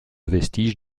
vestiges